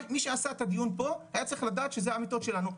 מי שעשה את הדיון פה היה צריך לדעת שזה המיטות שלנו,